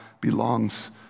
belongs